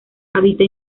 habita